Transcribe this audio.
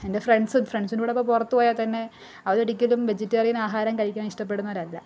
എന്റെ ഫ്രണ്ട്സും ഫ്രണ്ട്സിന്റെ കൂടെ ഒക്കെ പുറത്ത് പോയാൽ തന്നെ അവരൊരിക്കലും വെജിറ്റേറിയൻ ആഹാരം കഴിക്കാനിഷ്ടപ്പെടുന്നവരല്ല